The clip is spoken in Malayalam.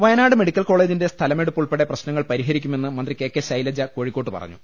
വയനാട് മെഡിക്കൽ കോളജിന്റെ സ്ഥലമെടുപ്പ് ഉൾപ്പടെ പ്രശ് നങ്ങൾ പരിഹരിക്കുമെന്ന് മന്ത്രി കെ കെ ശൈലജ കോഴിക്കോട്ട് പറഞ്ഞു